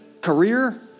career